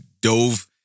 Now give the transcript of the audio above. dove